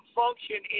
function